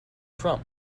trump